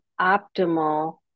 optimal